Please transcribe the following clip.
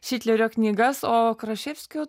šitlerio knygas o kraševskio